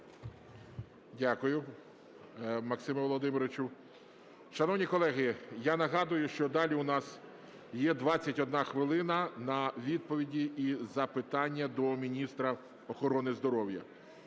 Дякую, Максиме Володимировичу. Шановні колеги, я нагадую, що далі у нас є 21 хвилина на відповіді і запитання до міністра охорони здоров'я.